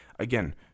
Again